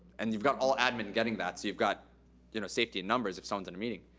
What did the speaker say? and you've got all admin getting that, so you've got you know safety in numbers if someone's in a meeting.